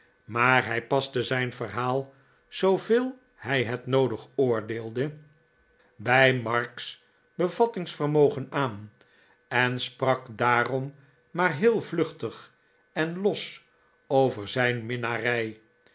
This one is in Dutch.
maar hij paste zijn verhaal zooveel hij het noodig oordeelde bij mark's bevattingsvermogen aan en sprak daarom maar heel vluchtig en los over zijn minnarij